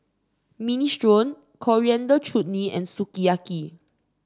Minestrone Coriander Chutney and Sukiyaki